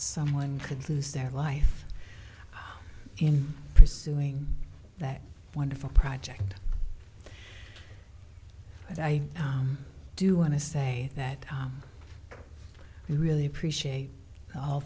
someone could lose their life in pursuing that wonderful project but i do want to say that we really appreciate all